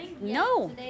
No